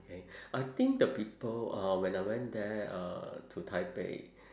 I think the people uh when I went there uh to 台北